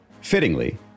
Fittingly